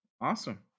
Awesome